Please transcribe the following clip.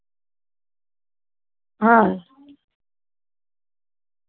ಹ್ಞೂ ಹ್ಞೂ ಹಾಂ ಹಾಂ ಹಾಂ ನಲ್ವತ್ತು ರೂಪಾಯಿ ನಲ್ವತ್ತು ರೂಪಾಯ್ಗೆ ಮಾರು ನೋಡಿರಿ